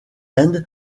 end